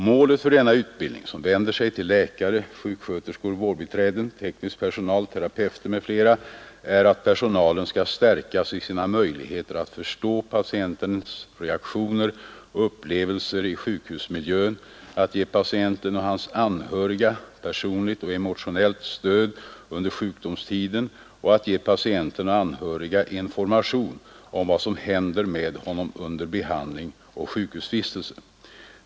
Målet för denna utbildning, som vänder sig till läkare, sjuksköterskor, vårdbiträden, teknisk personal, terapeuter m.fl., är att personalen skall stärkas i sina möjligheter att förstå patientens reaktioner och upplevelser i sjukhusmiljön, att ge patienten och hans anhöriga information om vad som händer med honom under behandling och sjukhusvistelse.